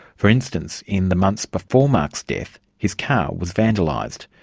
for instance, in the months before mark's death, his car was vandalised.